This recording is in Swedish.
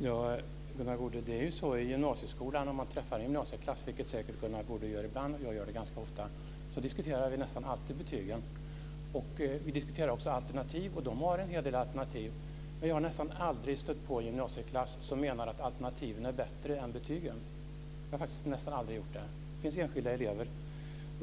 Herr talman! Om jag träffar en klass i gymnasieskolan - vilket Gunnar Goude säkert gör ibland, och jag gör det ganska ofta - diskuterar vi nästan alltid betygen. Vi diskuterar också alternativ, och de har en hel del alternativ. Men jag har nästan aldrig stött på en gymnasieklass som menar att alternativen är bättre än betygen. Det finns enskilda elever som tycker